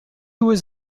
was